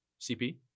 CP